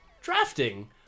drafting